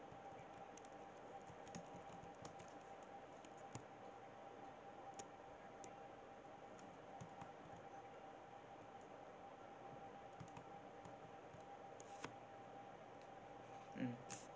mm